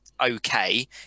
okay